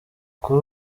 kuri